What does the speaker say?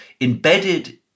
embedded